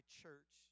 church